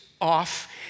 off